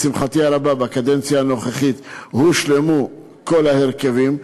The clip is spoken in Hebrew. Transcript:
לשמחתי הרבה, בקדנציה הנוכחית הושלמו כל ההרכבים.